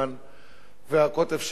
והקוטב שנקרא ש"ס,